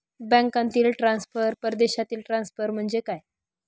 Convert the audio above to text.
बँकांतील ट्रान्सफर, परदेशातील ट्रान्सफर म्हणजे काय?